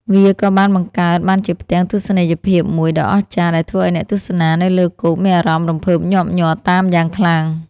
វាក៏បានបង្កើតបានជាផ្ទាំងទស្សនីយភាពមួយដ៏អស្ចារ្យ ដែលធ្វើឱ្យអ្នកទស្សនានៅលើគោកមានអារម្មណ៍រំភើបញាប់ញ័រតាមយ៉ាងខ្លាំង។